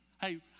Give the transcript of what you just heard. hey